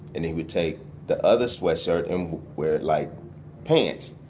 and he would take the other sweatshirt and wear it like pants,